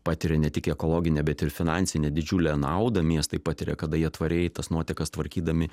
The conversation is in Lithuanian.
patiria ne tik ekologinę bet ir finansinę didžiulę naudą miestai patiria kada jie tvariai tas nuotekas tvarkydami